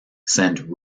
sent